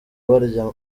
barya